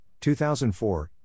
2004